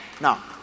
Now